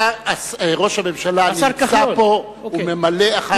ראש הממשלה נמצא פה, הוא ממלא אחר מצוות החוק.